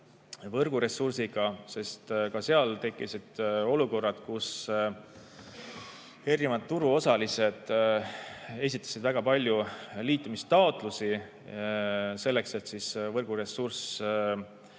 võrguressursiga, sest ka seal tekkisid olukorrad, kus turuosalised esitasid väga palju liitumistaotlusi, et võrguressurssi